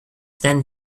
then